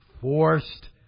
forced